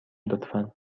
لطفا